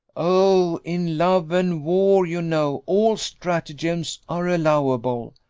oh! in love and war, you know, all stratagems are allowable.